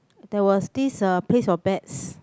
there was this uh place for pets